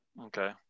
okay